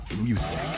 music